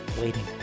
waiting